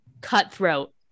cutthroat